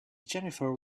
jennifer